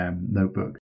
notebook